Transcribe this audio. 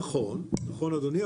נכון אדוני,